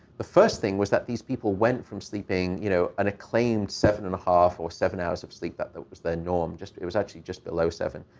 the first thing was that these people went from sleeping, you know, an acclaimed seven and a half or seven hours of sleep that that was their norm. it was actually just below seven,